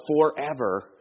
forever